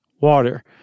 water